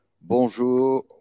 Bonjour